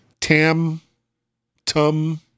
Tam-Tum